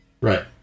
Right